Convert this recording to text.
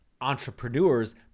entrepreneurs